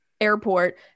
Airport